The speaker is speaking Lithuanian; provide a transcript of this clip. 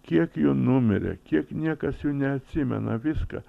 kiek jų numirė kiek niekas jų neatsimena viską